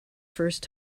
first